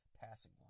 passing